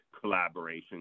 collaboration